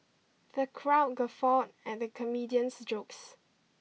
the crowd guffawed at the comedian's jokes